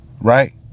Right